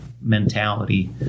mentality